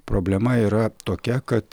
problema yra tokia kad